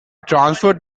transferred